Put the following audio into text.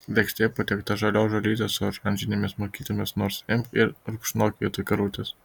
lėkštėje patiekta žalios žolytės su oranžinėmis morkytėmis nors imk ir rupšnok vietoj karvutės